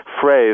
phrase